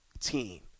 team